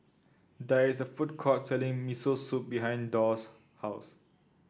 there is a food court selling Miso Soup behind Dorr's house